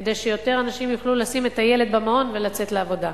כדי שיותר אנשים יוכלו לשים את הילד במעון ולצאת לעבודה,